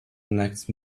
next